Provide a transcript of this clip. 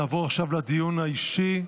נעבור עכשיו לדיון האישי.